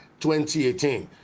2018